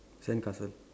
sandcastle